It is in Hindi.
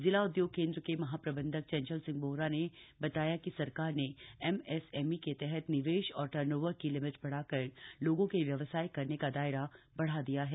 जिला उद्योग केंद्र के महाप्रबंधक चंचल सिंह बोहरा ने बताया कि सरकार ने एमएसएमई के तहत निवेश और टर्नओवर की लिमिट बढ़ाकर लोगों के व्यवसाय करने का दायरा बढ़ा दिया है